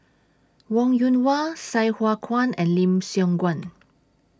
Wong Yoon Wah Sai Hua Kuan and Lim Siong Guan